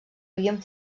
havien